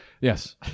Yes